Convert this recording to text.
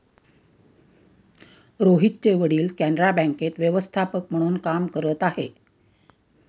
रोहितचे वडील कॅनरा बँकेत व्यवस्थापक म्हणून काम करत आहे